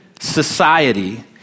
society